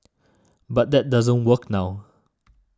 but that doesn't work now